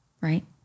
right